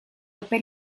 epe